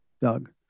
Doug